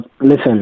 listen